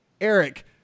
Eric